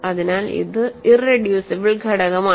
അതിനാൽ ഇത് ഇറെഡ്യൂസിബിൾ ഘടകമാണ്